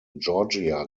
georgia